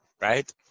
right